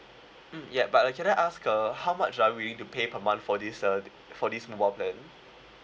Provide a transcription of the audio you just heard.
mm yup but uh can I ask uh how much are you willing to pay per month for this uh for this mobile plan